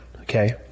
okay